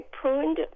pruned